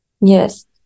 Yes